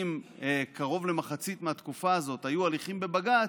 אם קרוב למחצית מהתקופה הזאת היו הליכים בבג"ץ,